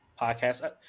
podcast